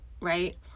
right